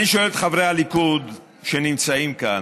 אני שואל את חברי הליכוד שנמצאים כאן: